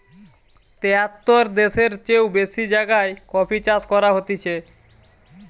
তেয়াত্তর দ্যাশের চেও বেশি জাগায় কফি চাষ করা হতিছে